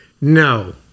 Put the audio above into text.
No